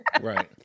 Right